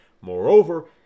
Moreover